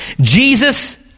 Jesus